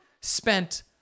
spent